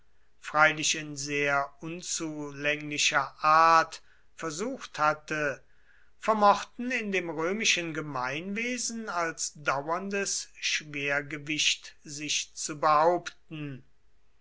freilich in sehr unzulänglicher art versucht hatte vermochten in dem römischen gemeinwesen als dauerndes schwergewicht sich zu behaupten